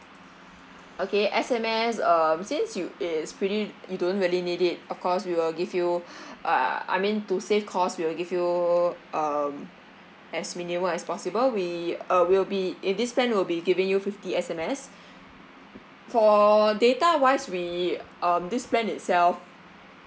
okay S_M_S um since you is pretty you don't really need it of course we will give you uh I mean to save cost we will give you um as minimal as possible we uh we'll be in this plan we'll be giving you fifty S_M_S for data wise we um this plan itself